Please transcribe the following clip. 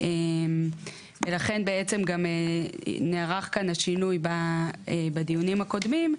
לכן, בעצם גם נערך כאן השינוי בדיונים הקודמים,